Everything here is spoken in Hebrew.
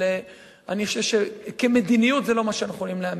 אבל אני חושב שכמדיניות זה לא משהו שאנחנו יכולים לאמץ.